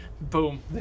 Boom